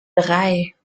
drei